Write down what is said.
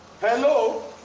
Hello